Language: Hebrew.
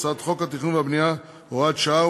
בהצעת חוק התכנון והבנייה (הוראת שעה)